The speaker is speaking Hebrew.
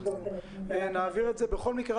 בכל מקרה,